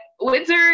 windsor